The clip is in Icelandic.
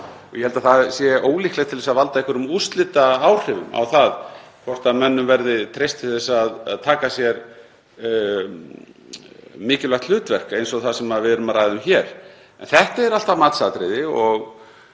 kr. Ég held að það sé ólíklegt til þess að valda einhverjum úrslitaáhrifum á það hvort mönnum verði treyst til að taka að sér mikilvægt hlutverk eins og það sem við erum að ræða um hér. En þetta er alltaf matsatriði og